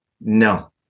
no